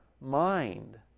mind